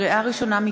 לקריאה ראשונה,